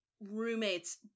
roommate's